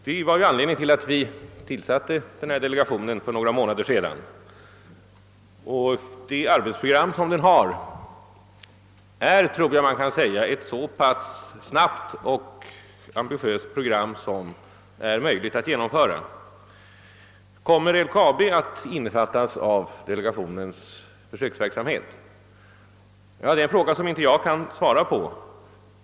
Det var ju anledningen till att vi tillsatte den här delegationen för några månader sedan, och det arbetsprogram som den har är — det tror jag att man kan säga — ett så pass snabbt och ambitiöst program som det är möjligt att genomföra. Kommer LKAB att innefattas i delegationens försöksverksamhet? Det är en fråga som jag inte kan svara på.